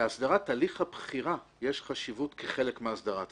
להסדרת הליך הבחירה יש חשיבות כחלק מהסדרת הנושא.